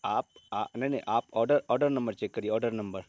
آپ نہیں نہیں آپ آڈر آڈر نمبر چیک کریے آڈر نمبر